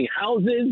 houses